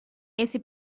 esse